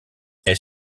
elle